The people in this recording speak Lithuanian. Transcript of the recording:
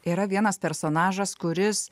yra vienas personažas kuris